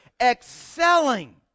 excelling